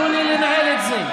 תנו לי לנהל את הזה.